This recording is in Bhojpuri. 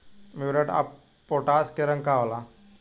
म्यूरेट ऑफपोटाश के रंग का होला?